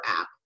app